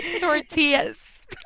Tortillas